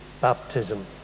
baptism